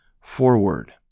forward